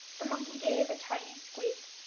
the monkey gave a tiny squeak,